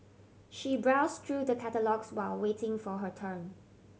she browse through the catalogues while waiting for her turn